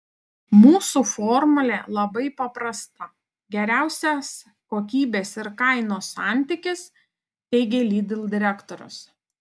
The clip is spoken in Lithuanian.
mūsų formulė labai paprasta geriausias kokybės ir kainos santykis teigė lidl direktorius